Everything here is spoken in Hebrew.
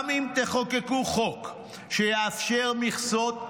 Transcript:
גם אם תחוקקו חוק שיאפשר מכסות,